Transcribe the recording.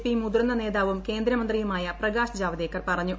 P മുതിർന്ന നേതാവും കേന്ദ്രമന്ത്രിയുമായ പ്രകാശ് ജാവ്ദേക്കർ പറഞ്ഞു